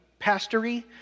pastory